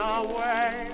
away